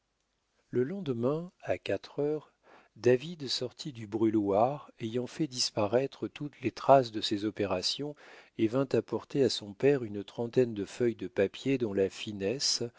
le lendemain à quatre heures david sortit du brûloir ayant fait disparaître toutes les traces de ses opérations et vint apporter à son père une trentaine de feuilles de papier dont la finesse